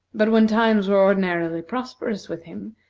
but when times were ordinarily prosperous with him,